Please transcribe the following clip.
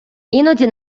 іноді